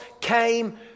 came